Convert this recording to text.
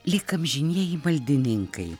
lyg amžinieji valdininkai